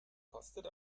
kostet